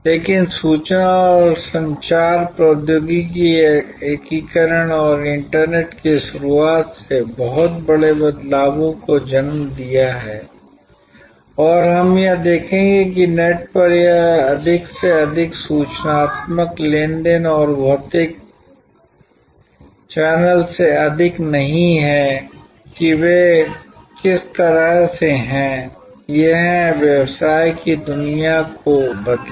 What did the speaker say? लेकिन सूचना और संचार प्रौद्योगिकी एकीकरण और इंटरनेट की शुरूआत ने कुछ बड़े बदलावों को जन्म दिया है और हम अब यह देखेंगे कि नेट पर यह अधिक से अधिक सूचनात्मक लेन देन और भौतिक चैनल से अधिक नहीं है कि वे किस तरह से हैं यह है व्यवसाय की दुनिया को बदलें